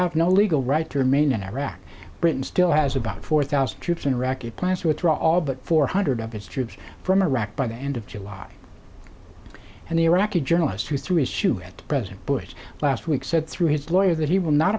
have no legal right to remain in iraq britain still has about four thousand troops in iraqi plans to withdraw all but four hundred of its troops from iraq by the end of july and the iraqi journalist who threw his shoes at president bush last week said through his lawyer that he will not